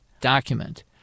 document